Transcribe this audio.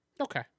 Okay